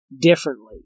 differently